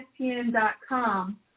ESPN.com